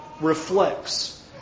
reflects